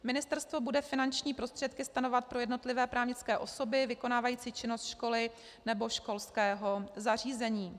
Ministerstvo bude finanční prostředky stanovovat pro jednotlivé právnické osoby vykonávající činnost školy nebo školského zařízení.